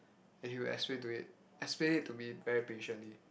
and he will explain to it explain it to me very patiently